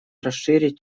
расширить